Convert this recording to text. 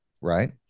right